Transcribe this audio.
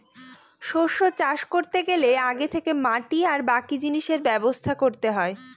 শস্য চাষ করতে গেলে আগে থেকে মাটি আর বাকি জিনিসের ব্যবস্থা করতে হয়